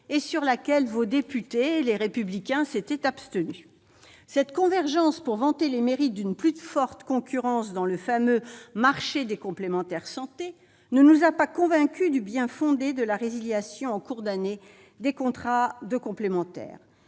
sur laquelle les députés de votre parti s'étaient abstenus. Cette convergence pour vanter les mérites d'une plus forte concurrence sur le fameux marché des complémentaires santé ne nous a pas convaincus du bien-fondé de la résiliation des contrats en cours